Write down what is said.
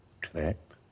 Correct